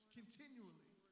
continually